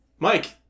Mike